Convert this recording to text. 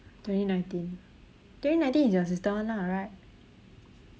twenty nineteen twenty nineteen is your sister one lah right